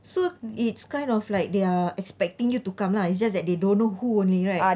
so it's kind of like they are expecting you to come lah it's just that they don't know who only right